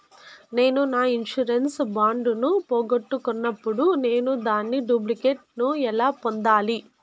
నేను నా insurance bond ను పోగొట్టుకున్నప్పుడు నేను దాని డూప్లికేట్ ను ఎలా పొందాలి?